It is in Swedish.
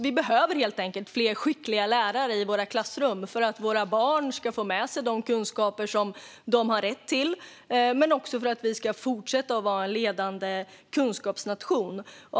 Vi behöver helt enkelt fler skickliga lärare i våra klassrum för att våra barn ska få med sig de kunskaper som de har rätt till men också för att vi ska fortsätta att vara en ledande kunskapsnation.